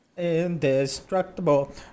indestructible